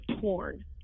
torn